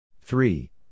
Three